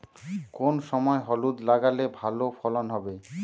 কোন সময় হলুদ লাগালে ভালো ফলন হবে?